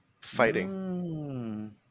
fighting